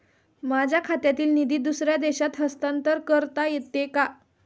माझ्या खात्यातील निधी दुसऱ्या देशात हस्तांतर करता येते का?